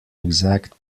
exact